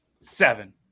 seven